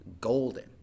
golden